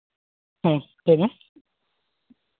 ᱦᱮᱸ ᱞᱟᱹᱭ ᱢᱮ